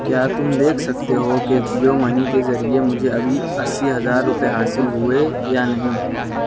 کیا تم دیکھ سکتے ہو کہ جیو منی کے ذریعے مجھے ابھی اسی ہزار روپے حاصل ہوئے یا نہیں